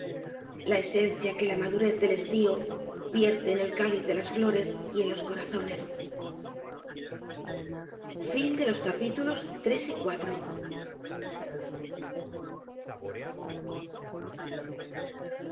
la esencia que la madurez del estío vierte en el cáliz de las flores y en los corazones memorias del